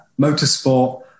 motorsport